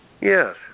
Yes